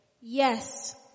Yes